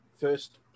first